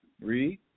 Read